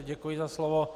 Děkuji za slovo.